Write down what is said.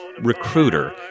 recruiter